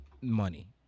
money